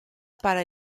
para